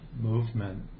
movement